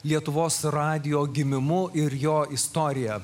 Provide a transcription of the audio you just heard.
lietuvos radijo gimimu ir jo istorija